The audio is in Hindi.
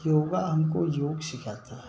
योगा हमको योग सिखाता है